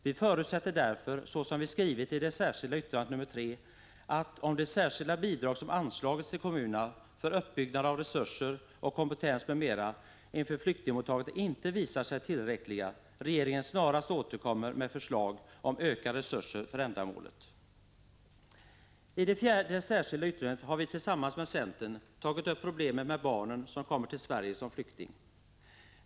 Vi förutsätter därför, som vi skrivit i det särskilda yttrandet nr 3, att om de särskilda medel som anslagits till kommunerna för uppbyggnad av resurser, kompetens m.m. inför flyktingmottagandet inte visar sig tillräckliga, regeringen snarast återkommer med förslag om ökade resurser för ändamålet. I det fjärde särskilda yttrandet har vi tillsammans med centern tagit upp problemet med barnen som kommer till Sverige som flyktingar.